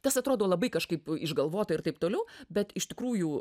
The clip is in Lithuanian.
tas atrodo labai kažkaip išgalvotai ir taip toliau bet iš tikrųjų